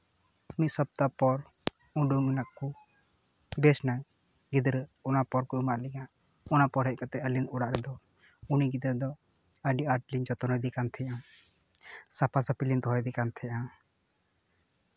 ᱢᱤᱫ ᱥᱚᱯᱛᱟ ᱯᱚᱨ ᱩᱰᱩᱝ ᱱᱟᱠᱚ ᱵᱮᱥ ᱱᱟᱭ ᱜᱤᱫᱽᱨᱟᱹ ᱚᱱᱟ ᱯᱚᱨ ᱠᱚ ᱮᱢᱟᱜ ᱞᱤᱧᱟ ᱚᱱᱟ ᱯᱚᱨ ᱦᱮᱡ ᱠᱟᱛᱮᱜ ᱟᱹᱞᱤᱧ ᱚᱲᱟᱜ ᱨᱮᱫᱚ ᱩᱱᱤ ᱜᱤᱫᱟᱹᱨ ᱫᱚ ᱟᱹᱰᱤ ᱟᱸᱴ ᱞᱤᱧ ᱡᱚᱛᱱᱚᱭᱮ ᱠᱟᱱ ᱛᱟᱦᱮᱸᱜᱼᱟ ᱥᱟᱯᱷᱟ ᱥᱟᱯᱷᱤ ᱞᱤᱧ ᱫᱚᱦᱚᱭᱮᱫᱮ ᱛᱟᱦᱮᱸᱜᱼᱟ